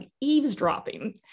eavesdropping